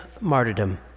martyrdom